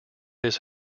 his